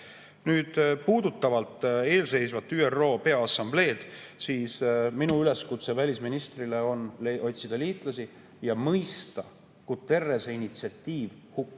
Nüüd, puudutavalt eelseisvat ÜRO Peaassambleed, on minu üleskutse välisministrile otsida liitlasi ja mõista Guterrese initsiatiiv hukka.